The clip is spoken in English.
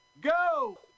go